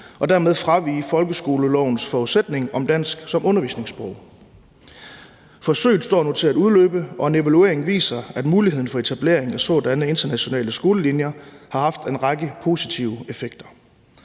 og dermed fravige folkeskolelovens forudsætning om dansk som undervisningssprog. Forsøget står nu til at udløbe, og en evaluering viser, at muligheden for etablering af sådanne internationale udskolingslinjer har haft en række positive effekter,